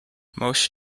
moshe